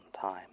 time